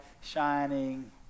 shining